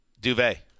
Duvet